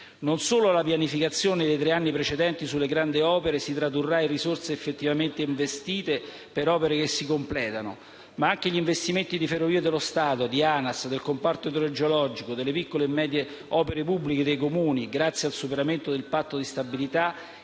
Non solo la pianificazione sulle grandi opere dei tre anni precedenti si tradurrà in risorse effettivamente investite per opere che si completano, ma anche gli investimenti delle Ferrovie dello Stato, dell'ANAS, del comparto idrogeologico e delle piccole e medie opere pubbliche dei Comuni, grazie al superamento del Patto di stabilità,